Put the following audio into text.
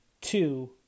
two